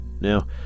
Now